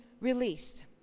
released